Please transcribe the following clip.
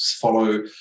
follow